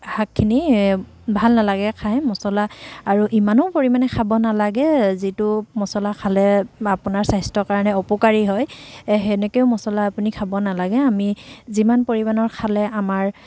শাকখিনি ভাল নেলাগে খাই মছলা আৰু ইমানো পৰিমানে খাব নেলাগে যিটো মছলা খালে বা আপোনাৰ স্বাস্থ্য কাৰণে অপকাৰী হয় সেনেকেও মছলা আপুনি খাব নেলাগে আমি যিমান পৰিমাণৰ খালে আমাৰ